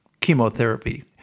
chemotherapy